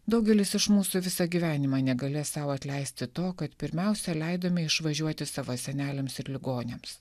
daugelis iš mūsų visą gyvenimą negalės sau atleisti to kad pirmiausia leidome išvažiuoti savo seneliams ir ligoniams